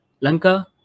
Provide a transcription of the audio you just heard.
Lanka